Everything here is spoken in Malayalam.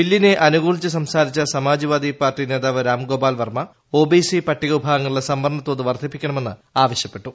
ബില്ലിനെ അനുകൂലിച്ച് സംസാരിച്ച സമാജ് വാദി പാർട്ടി നേതാവ് രാം ഗ്ളോപാൽ ്വർമ ഒബിസി പട്ടികവിഭാഗങ്ങളുടെ സംവരണ്ട്ടോത്ത് വർധിപ്പിക്കണമെന്ന് ആവശ്യപ്പെട്ടു